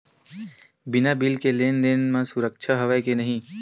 बिना बिल के लेन देन म सुरक्षा हवय के नहीं?